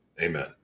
Amen